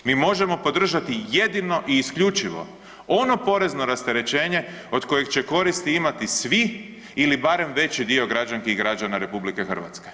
Mi možemo podržati jedino i isključivo ono porezno rasterećenje od kojeg će koristi imati svi ili barem veći dio građanki i građana RH.